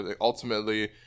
ultimately